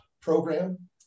program